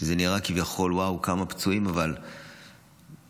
כביכול זה נראה,